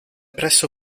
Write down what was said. presto